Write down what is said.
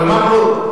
אבל מה עוד?